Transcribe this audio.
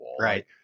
Right